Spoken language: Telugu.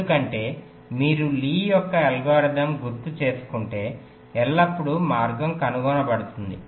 ఎందుకంటే మీరు లీ యొక్క అల్గోరిథంLee's algorithm గుర్తుచేసుకుంటే ఎల్లప్పుడూ మార్గం కనుగొనబడుతుంది